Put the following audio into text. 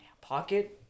pocket